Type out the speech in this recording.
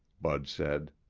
bud said.